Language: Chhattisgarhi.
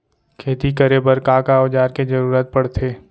खेती करे बर का का औज़ार के जरूरत पढ़थे?